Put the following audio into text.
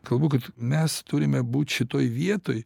kalbu kad mes turime būt šitoj vietoj